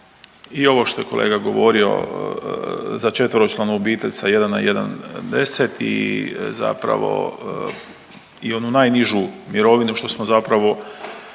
I ovo što je kolega govorio za četveročlanu obitelj sa 1 na 1,10 i zapravo i onu najnižu mirovinu što smo zapravo